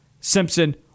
Simpson